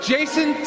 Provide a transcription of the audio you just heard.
Jason